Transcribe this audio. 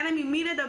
היה להם עם מי לדבר.